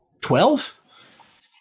Twelve